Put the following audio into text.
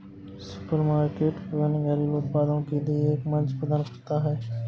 supermarket विभिन्न घरेलू उत्पादों के लिए एक मंच प्रदान करता है